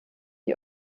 die